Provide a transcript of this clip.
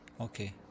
Okay